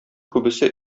күбесе